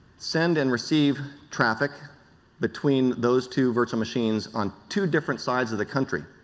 send and receive traffic between those two virtual machines on two different sides of the country.